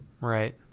Right